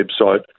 website